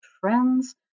friends